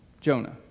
Jonah